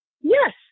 Yes